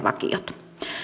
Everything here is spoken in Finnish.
vakiot